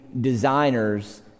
designers